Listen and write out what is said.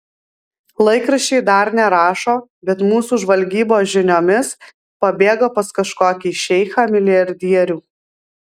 laikraščiai dar nerašo bet mūsų žvalgybos žiniomis pabėgo pas kažkokį šeichą milijardierių